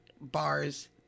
bars